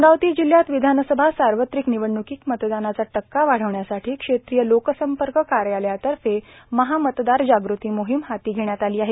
अमरावती जिल्ह्यात विधानसभा सार्वत्रिक निवडण्कीत मतदानाचा टक्का वाढविण्यासाठी क्षेत्रीय लोकसंपर्क कार्यालयातर्फे महामतदार जागृती मोहीम हाती घेण्यात आली आहे